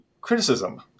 criticism